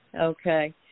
Okay